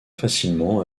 facilement